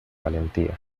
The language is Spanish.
valentía